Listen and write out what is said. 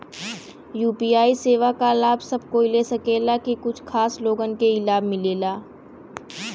UPI सेवा क लाभ सब कोई ले सकेला की कुछ खास लोगन के ई लाभ मिलेला?